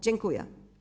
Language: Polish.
Dziękuję.